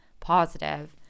positive